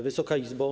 Wysoka Izbo!